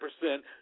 percent